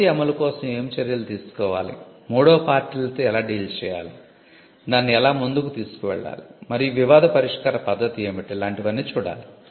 policy అమలు కోసం ఏమి చర్యలు తీసుకోవాలి మూడవ పార్టీలతో ఎలా డీల్ చేయాలి దానిని ఎలా ముందుకు తీసుకువెళ్ళాలి మరియు వివాద పరిష్కార పద్ధతి ఏమిటి లాంటివన్నీ చూడాలి